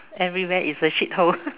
everywhere is a shit hole